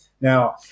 Now